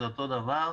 זה אותו דבר,